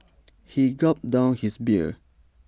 he gulped down his beer